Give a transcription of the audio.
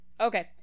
Okay